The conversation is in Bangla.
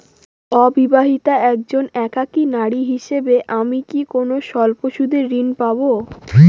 অবিবাহিতা একজন একাকী নারী হিসেবে আমি কি কোনো স্বল্প সুদের ঋণ পাব?